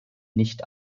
nicht